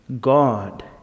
God